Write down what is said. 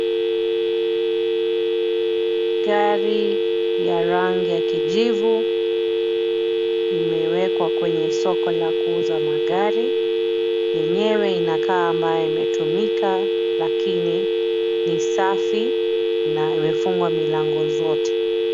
Gari ya rangi ya kijivu imewekwa kwenye soko la kuuza magari. Yenyewe inakaa ambayo imetumika lakini ni safi na imefungwa milango zote.